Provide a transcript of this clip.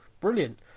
brilliant